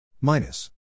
minus